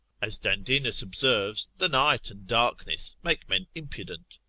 as dandinus observes, the night and darkness make men impudent.